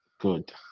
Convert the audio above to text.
Good